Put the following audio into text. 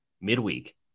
midweek